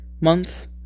month